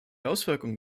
auswirkungen